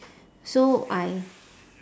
so I